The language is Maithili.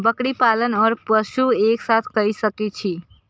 बकरी पालन ओर पशु एक साथ कई सके छी?